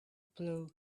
blue